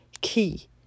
key